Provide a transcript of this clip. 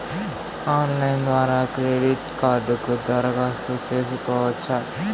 Online ద్వారా credit కార్డుకు దరఖాస్తు సేసుకోవచ్చా?